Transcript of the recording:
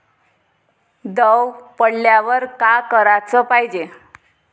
दव पडल्यावर का कराच पायजे?